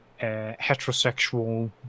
heterosexual